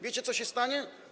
Wiecie co się stanie?